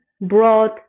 broad